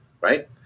right